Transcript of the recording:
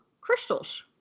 crystals